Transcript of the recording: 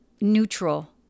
neutral